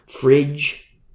fridge